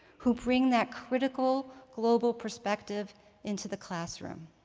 who bring that critical global perspective into the classroom.